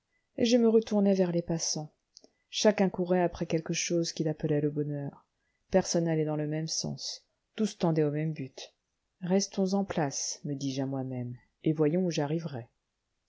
et je me retournai vers les passants chacun courait après quelque chose qu'il appelait le bonheur personne n'allait dans le même sens tous tendaient au même but restons en place me dis-je à moi-même et voyons où j'arriverai